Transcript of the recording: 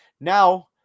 Now